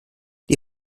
die